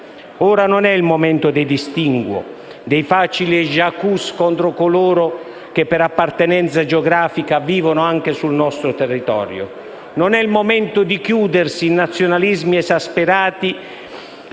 Ora non è il momento dei distinguo, dei facili *j'accuse* contro coloro che per appartenenza geografica vivono anche sul nostro territorio. Non è il momento di chiudersi in nazionalismi esasperati